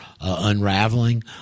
unraveling